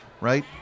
right